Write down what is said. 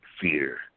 fear